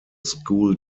school